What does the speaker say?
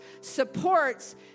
supports